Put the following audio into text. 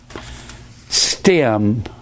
stem